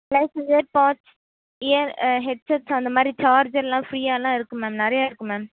torch ear headsets அந்த மாதிரி சார்ஜர்லாம் ஃப்ரீயாலாம் இருக்குது மேம் நிறையா இருக்குது மேம்